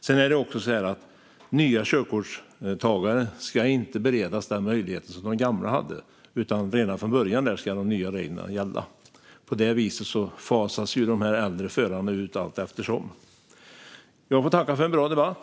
Sedan är det också så att nya körkortstagare inte ska beredas den möjlighet som de gamla hade, utan redan från början ska de nya reglerna gälla. På det viset fasas de äldre förarna ut allteftersom. Jag får tacka för en bra debatt!